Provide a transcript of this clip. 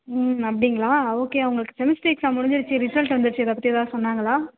ம் அப்படிங்களா ஓகே உங்களுக்கு செமஸ்டர் எக்ஸாம் முடிஞ்சிருச்சு ரிசல்ட் வந்துருச்சு இதை பற்றி எதாவது சொன்னாங்களா